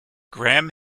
graham